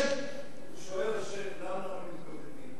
הוא שואל, השיח': למה אנחנו מתקוטטים?